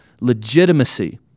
legitimacy